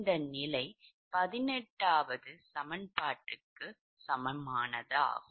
இந்த நிலை 18 சமன்பாடுக்கு சமமானதாகும்